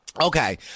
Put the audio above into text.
Okay